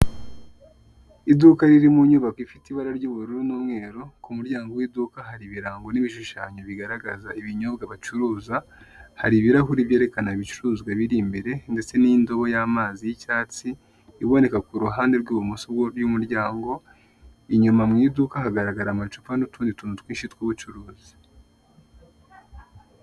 Iduka riri mu nyubako ifite ibara ry'ubururu n'umweru, ku muryango w'iduka hari ibirango n'ibishushanyo bigaragaza ibinyobwa bacuruza, hari ibirahuri byerekana ibicuruzwa biri imbere ndetse n'indobo y'amazi y'icyatsi iboneka ku ruhande rw'ibumoso rw'umuryango, inyuma mu iduka hagaragara amacupa n'utundi tuntu twinshi tw'ubucuruzi.